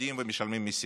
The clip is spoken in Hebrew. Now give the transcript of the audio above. שעובדים ומשלמים מיסים.